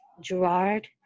Gerard